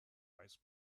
ice